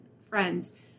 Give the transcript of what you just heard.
friends